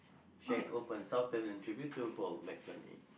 shack open South Pavillion tribute to Paul-McCartney